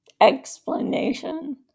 explanation